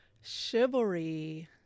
Chivalry